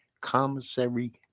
commissary